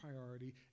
priority